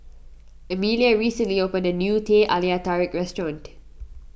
Emelia recently opened a new Teh Halia Tarik restaurant